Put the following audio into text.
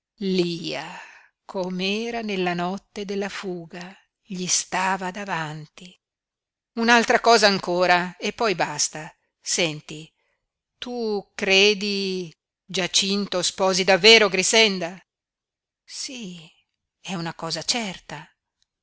lia com'era nella notte della fuga gli stava davanti un'altra cosa ancora e poi basta senti tu credi giacinto sposi davvero grixenda sí è una cosa certa